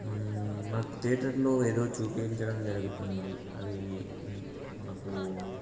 మాకు థియేటర్లో ఏదో చూపించడం జరుగుతుంది అదీ మాకు